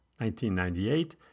1998